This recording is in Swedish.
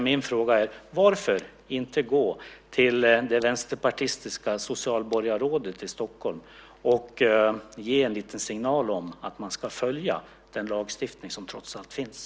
Min fråga är: Varför inte gå till det vänsterpartistiska socialborgarrådet i Stockholm och ge en liten signal om att man ska följa den lagstiftning som trots allt finns?